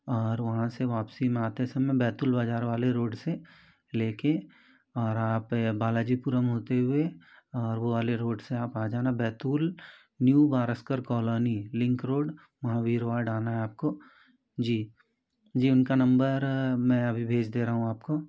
और वहाँ से वापसी में आते समय बैतूल बाज़ार वाले रोड से ले कर और आप ये बालाजीपुरम होते हुए और वो वाले रोड से आप जाना Betul new Baraskar colony link road Mahavir ward आना है आपको जी जी उनका नंबर मैं अभी भेज दे रहा हूँ आपको